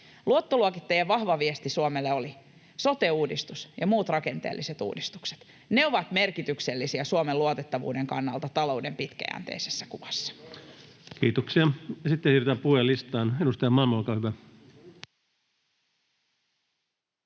luottoluokittajien vahva viesti Suomelle oli se, että sote-uudistus ja muut rakenteelliset uudistukset ovat merkityksellisiä Suomen luotettavuuden kannalta talouden pitkäjänteisessä kuvassa. [Ben Zyskowicz: Onko yhtään väliä, minkälainen